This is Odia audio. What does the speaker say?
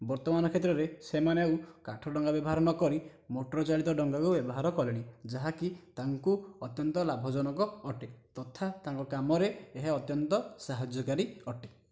ବର୍ତ୍ତମାନ କ୍ଷେତ୍ରରେ ସେମାନେ ଆଉ କାଠ ଡଙ୍ଗା ବ୍ୟବାହାର ନ କରି ମୋଟର ଚାଳିତ ଡଙ୍ଗାକୁ ବ୍ୟବାହାର କଲେଣି ଯାହାକି ତାଙ୍କୁ ଅତ୍ୟନ୍ତ ଲାଭଜନକ ଅଟେ ତଥା ତାଙ୍କ କାମରେ ଏହା ଅତ୍ୟନ୍ତ ସାହାଯ୍ୟକାରୀ ଅଟେ